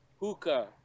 hookah